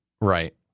Right